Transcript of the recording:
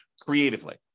creatively